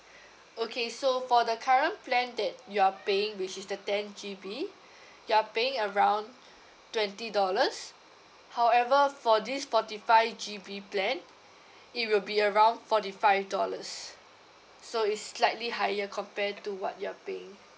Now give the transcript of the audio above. okay so for the current plan that you're paying which is the ten G_B you're paying around twenty dollars however for this forty five G_B plan it will be around forty five dollars so it's slightly higher compare to what you're paying